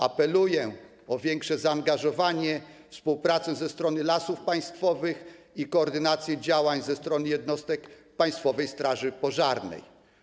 Apeluję o większe zaangażowanie, współpracę ze strony Lasów Państwowych i koordynację działań ze strony jednostek Państwowej Straży Pożarnej.